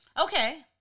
Okay